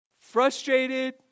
frustrated